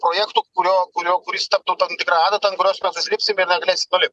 projektu kurio kurio kuris taptų tikra adata ant kurios mes užlipsim ir negalėsim nulipt